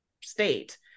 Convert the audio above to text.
state